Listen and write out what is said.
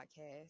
Podcast